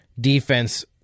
defense